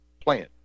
plan